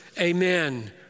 Amen